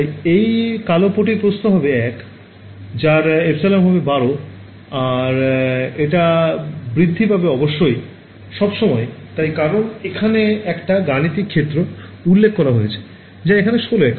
তাই এই কালো পটির প্রস্থ হবে ১ যার epsilon হবে ১২ আর এটা বৃদ্ধি পাবে অবশ্যই সবসময়ই তাই কারণ এখানে একটা গাণিতিক ক্ষেত্র উল্লেখ করা হয়েছে যা এখানে ১৬ একক